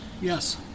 Yes